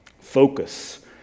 Focus